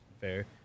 fair